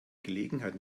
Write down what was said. gelegenheit